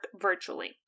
virtually